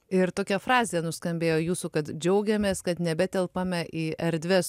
ir tokia frazė nuskambėjo jūsų kad džiaugiamės kad nebetelpame į erdves